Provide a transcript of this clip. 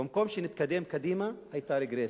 במקום שנתקדם קדימה היתה רגרסיה.